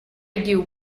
you